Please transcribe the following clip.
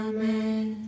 Amen